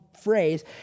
phrase